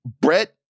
Brett